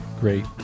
great